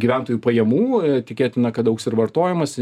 gyventojų pajamų tikėtina kad augs ir vartojimas